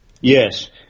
Yes